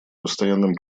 постоянным